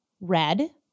red